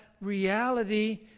reality